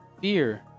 fear